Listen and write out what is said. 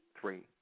three